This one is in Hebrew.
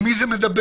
עם מי זה מדבר?